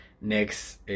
next